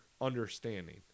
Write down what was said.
understanding